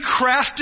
crafted